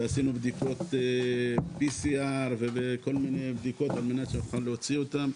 ועשינו בדיקות PCR וכל מיני בדיקות על מנת שנוכל להוציא אותם,